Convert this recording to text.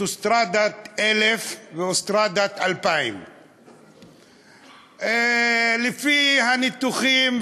אוטוסטרדת 1000 ואוטוסטרדת 2000. לפי הניתוחים,